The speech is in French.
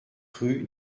rue